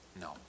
No